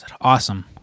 awesome